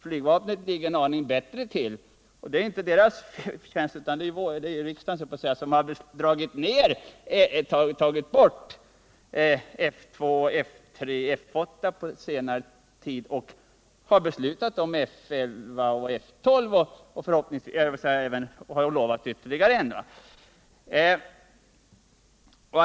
Flygvapnet ligger bättre till, men det är inte bara dess egen förtjänst utan det beror på att riksdagen beslutat att på senare tid F 2,F 3 och F 8 skulle dras in. Vi har också fattat beslut om indragning av F 11 och F 12 och lovat att dra in ytterligare ett förband.